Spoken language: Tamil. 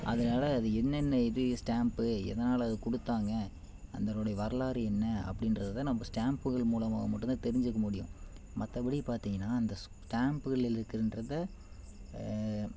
அதனால அது என்னனென்ன இது ஸ்டாம்பு எதனால் அதை கொடுத்தாங்க அதனுடைய வரலாறு என்ன அப்படின்றதுதான் நம்ம ஸ்டாம்புகள் மூலமாக மட்டுந்தான் தெரிஞ்சிக்க முடியும் மற்றபடி பார்த்திங்கனா அந்த ஸ்டாம்புகளில் இருக்கின்றதை